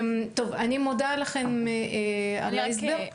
טוב, אני מודה לכן על ההסבר.